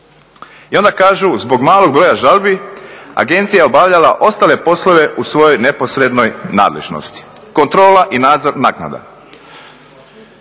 I onda kažu zbog malog broja žalbi agencija je obavljala ostale poslove u svojoj neposrednoj nadležnosti. Kontrola i nadzor naknada,